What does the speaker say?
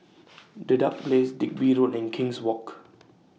Dedap Place Digby Road and King's Walk